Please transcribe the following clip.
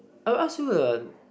I will ask you a